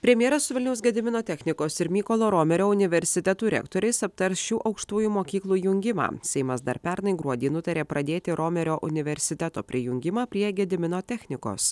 premjeras su vilniaus gedimino technikos ir mykolo romerio universitetų rektoriais aptars šių aukštųjų mokyklų jungimą seimas dar pernai gruodį nutarė pradėti romerio universiteto prijungimą prie gedimino technikos